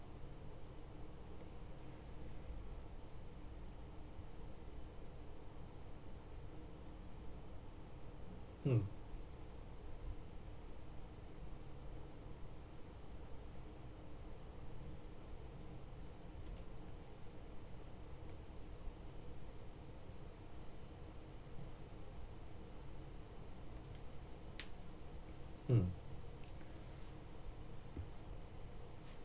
mm mm